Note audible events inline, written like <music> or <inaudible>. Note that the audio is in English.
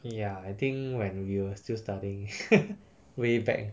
ya I think when we were still studying <laughs> way back